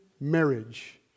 marriage